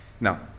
Now